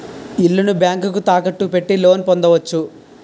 ఇల్లుని బ్యాంకుకు తాకట్టు పెట్టి లోన్ పొందవచ్చు